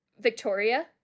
Victoria